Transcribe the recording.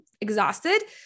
exhausted